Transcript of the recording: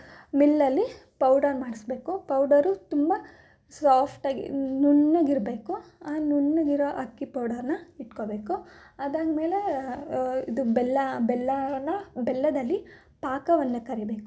ಮಿಲ್ಲಲ್ಲಿ powder ಮಾಡ್ಸಬೇಕು powder ತುಂಬ ಸಾಫ್ಟಾಗಿ ನುಣ್ಣಗಿರ್ಬೇಕು ಆ ನುಣ್ಣಗಿರೋ ಅಕ್ಕಿ ಪೌಡರನ್ನ ಇಟ್ಕೋಬೇಕು ಅದಾದಮೇಲೆ ಇದು ಬೆಲ್ಲ ಬೆಲ್ಲವನ್ನು ಬೆಲ್ಲದಲ್ಲಿ ಪಾಕವನ್ನು ಕರೀಬೇಕು